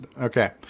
Okay